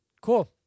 Cool